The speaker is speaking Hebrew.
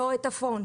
לא את הפרונט